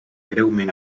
greument